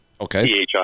Okay